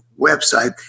website